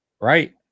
Right